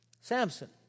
Samson